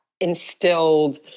instilled